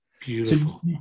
Beautiful